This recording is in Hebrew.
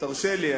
תרשה לי,